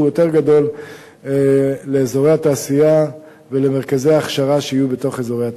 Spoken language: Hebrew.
יותר גדול לאזורי התעשייה ולמרכזי הכשרה שיהיו בתוך אזורי התעשייה.